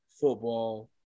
football